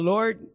Lord